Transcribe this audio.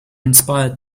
inspired